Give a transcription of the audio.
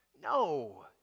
No